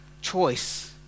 choice